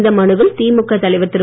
இந்த மனுவில் திமுக தலைவர் திரு